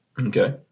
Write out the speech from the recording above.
Okay